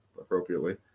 appropriately